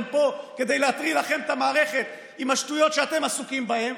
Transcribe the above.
פה כדי להטריל לכם את המערכת עם השטויות שאתם עסוקים בהם,